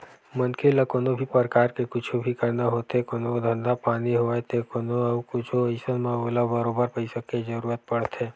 मनखे ल कोनो भी परकार के कुछु भी करना होथे कोनो धंधा पानी होवय ते कोनो अउ कुछु अइसन म ओला बरोबर पइसा के जरुरत पड़थे